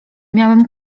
miałem